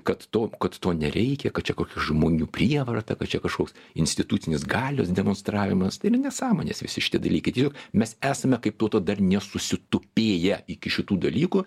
kad to kad to nereikia kad čia kokių žmonių prievarta kad čia kažkoks institucinis galios demonstravimas tai ne nesąmonės visi šitie dalykai tai jau mes esame kaip tauta dar nesusitupėję iki šitų dalykų